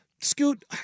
Scoot